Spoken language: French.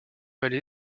vallée